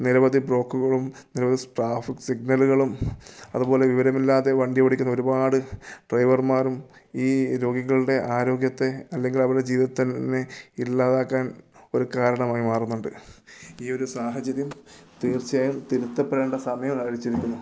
നിരവധി ബ്ലോക്കുകളും നിരവധി ട്രാഫിക് സിഗ്നലുകളും അതുപോലെ വിവരമില്ലാത്ത വണ്ടി ഓടിക്കുന്ന ഒരുപാട് ഡ്രൈവർമാരും ഈ രോഗികളുടെ ആരോഗ്യത്തെ അല്ലെങ്കിൽ അവരുടെ ജീവതത്തെ തന്നെ ഇല്ലാതാക്കാൻ ഒരു കാരണമായി മാറുന്നുണ്ട് ഈ ഒരു സാഹചര്യം തീർച്ചയായും തിരുത്തപ്പെടേണ്ട സമയം അതിക്രമിച്ചിരിക്കുന്നു